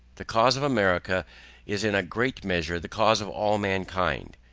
the cause of america is in a great measure the cause of all mankind.